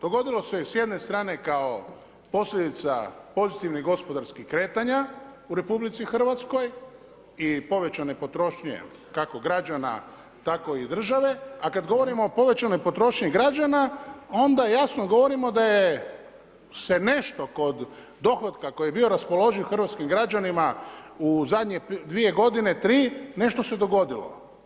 Dogodilo se je s jedne strane kao posljedica pozitivnih gospodarskih kretanja u RH i povećane potrošnje kako građana tako i države a kad govorimo o povećanoj potrošnji građana, onda jasno govorimo da se nešto kod dohotka koji je bio raspoloživ hrvatskim građanima u zadnje 2 g., 3, nešto se dogodilo.